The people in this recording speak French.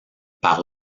par